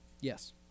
Yes